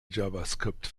javascript